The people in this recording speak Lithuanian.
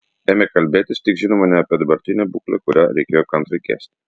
ėmė kalbėtis tik žinoma ne apie dabartinę būklę kurią reikėjo kantriai kęsti